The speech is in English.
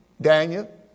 Daniel